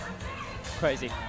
Crazy